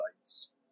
sites